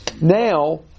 Now